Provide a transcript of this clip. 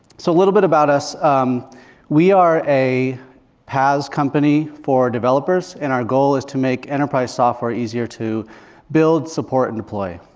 so a little bit about us we are a paas company for developers. and our goal is to make enterprise software easier to build, support, and deploy.